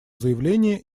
заявление